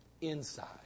inside